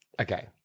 Okay